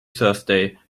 thursday